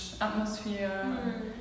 atmosphere